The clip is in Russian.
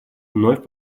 вновь